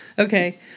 Okay